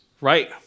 right